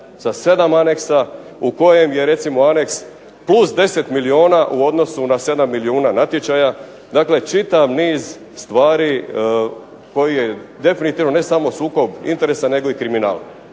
sa 7 aneksa u kojem je recimo aneks plus 10 milijuna u odnosu na 7 milijuna natječaja, dakle čitav niz stvari koji definitivno, ne samo sukob interesa, nego i kriminal.